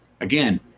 Again